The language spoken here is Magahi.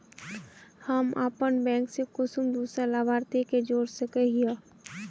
हम अपन बैंक से कुंसम दूसरा लाभारती के जोड़ सके हिय?